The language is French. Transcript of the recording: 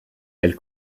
elle